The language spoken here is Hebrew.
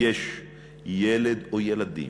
יש ילד או ילדים,